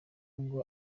ngo